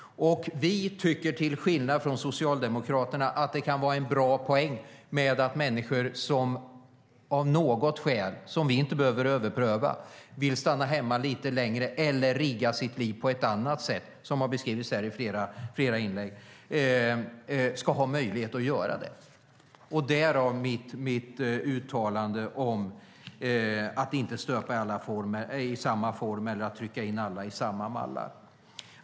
Vi tycker, till skillnad från Socialdemokraterna, att det kan vara en bra poäng att människor som av något skäl, som vi inte behöver överpröva, vill stanna hemma lite längre eller rigga sitt liv på ett annat sätt, som har beskrivits här i flera inlägg, ska ha möjlighet att göra det. Därav mitt uttalande om att man inte ska stöpa alla i samma form eller trycka in alla i samma mallar.